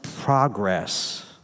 progress